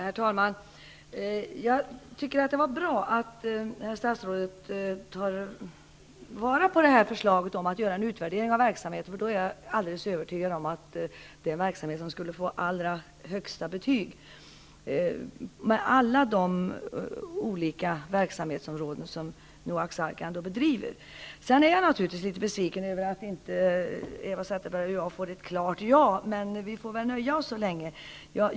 Herr talman! Jag tycker att det är bra att statsrådet tar vara på förslaget att göra en utvärdering av verksamheten. Jag är övertygad om att Noaks Ark skulle få allra högsta betyg med den verksamhet man bedriver på många olika områden. Jag är naturligtvis litet besviken över att Eva Zetterberg och jag inte får ett klart ja, men vi får väl låta oss nöja så länge.